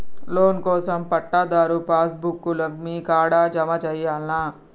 Loan కోసం పట్టాదారు passbook లు మీ కాడా జమ చేయల్నా?